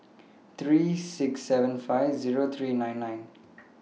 three six seven five Zero three nine nine